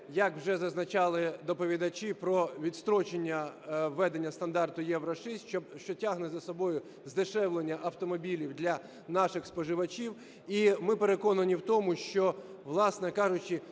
як вже зазначали доповідачі, про відстрочення введення стандартів "Євро-6", що тягне за собою здешевлення автомобілів для наших споживачів. І ми переконані в тому, що, власне кажучи,